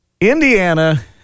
Indiana